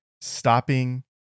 stopping